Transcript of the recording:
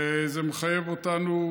וזה מחייב אותנו,